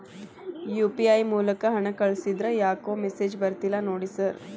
UPI ಮೂಲಕ ಹಣ ಕಳಿಸಿದ್ರ ಯಾಕೋ ಮೆಸೇಜ್ ಬರ್ತಿಲ್ಲ ನೋಡಿ ಸರ್?